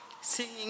Singing